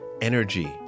Energy